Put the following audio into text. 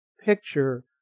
Picture